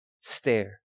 stare